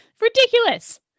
ridiculous